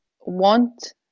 want